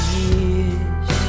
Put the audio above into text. years